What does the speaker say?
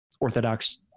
orthodox